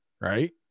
right